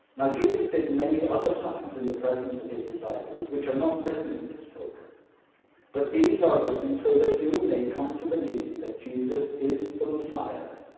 now jesus did many other signs in the presence of his disciples which are not written in this book but these are written so that you may come to believe that jesus is the messiah,